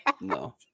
No